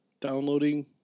downloading